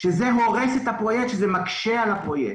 וזה הורס את הפרויקט ומקשה עליו.